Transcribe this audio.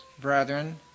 Brethren